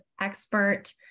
expert